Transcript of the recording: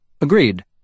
Agreed